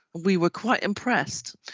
we were quite impressed.